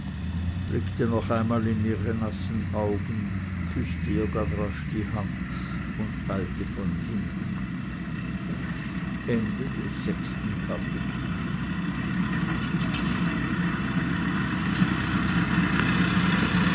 blickte noch einmal in ihre nassen augen küßte ihr dann rasch die hand und eilte von hinnen siebentes kapitel